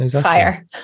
fire